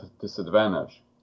disadvantage